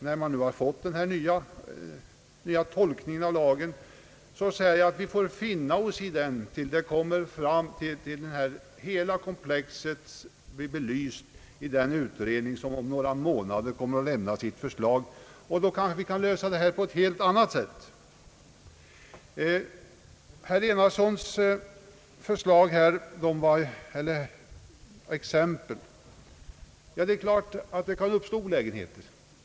När man nu har fått denna nya tolkning av lagen, får vi finna oss i den tills hela komplexet blir belyst av den utredning som om några månader kommer att lämna sitt förslag. Då kanske vi kan lösa detta problem på ett helt annat sätt. Beträffande herr Enarssons exempel vill jag säga att det givetvis kan uppstå olägenheter.